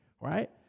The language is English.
Right